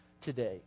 today